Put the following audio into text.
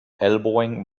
elbowing